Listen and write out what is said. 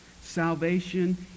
Salvation